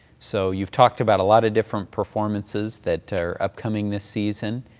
so you've talked about a lot of different performances that are upcoming this season.